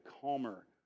calmer